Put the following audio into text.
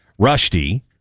Rushdie